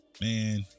Man